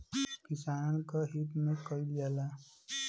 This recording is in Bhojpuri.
किसान क हित में कईल जाला